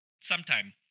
sometime